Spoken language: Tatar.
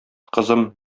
кызым